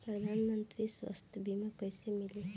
प्रधानमंत्री स्वास्थ्य बीमा कइसे मिली?